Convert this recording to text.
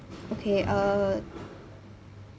okay err